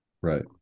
Right